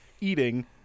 eating